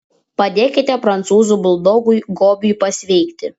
padėkite prancūzų buldogui gobiui pasveikti